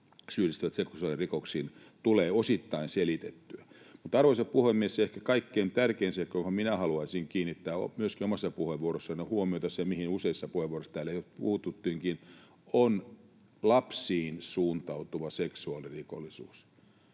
syyllistyvät seksuaalirikoksiin, tulee osittain selitettyä. Mutta, arvoisa puhemies, ehkä kaikkein tärkein seikka, johon minä haluaisin kiinnittää myöskin omassa puheenvuorossani huomiota — ja mihin useissa puheenvuoroissa täällä jo puututtiinkin — on lapsiin suuntautuva seksuaalirikollisuus.